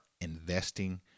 investing